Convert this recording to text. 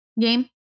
game